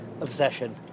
obsession